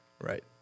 Right